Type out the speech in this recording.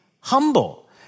humble